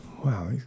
Wow